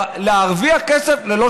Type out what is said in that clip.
אבל ודאי ארכה של חודשיים, שמציע החוק הזה.